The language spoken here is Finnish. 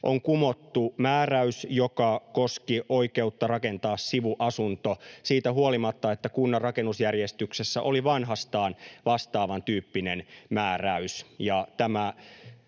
on kumottu määräys, joka koski oikeutta rakentaa sivuasunto siitä huolimatta, että kunnan rakennusjärjestyksessä oli vanhastaan vastaavan tyyppinen määräys.